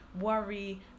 worry